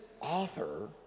author